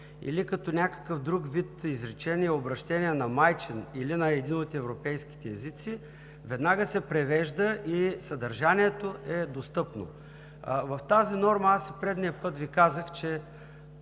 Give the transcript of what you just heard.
или като някакъв друг вид изречения – обръщения на майчин или на един от европейските езици, веднага се превежда и съдържанието е достъпно. В тази норма аз и предния път Ви казах, че